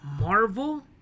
Marvel